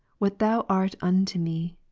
what thou art unto me.